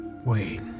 Wait